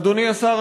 אדוני השר,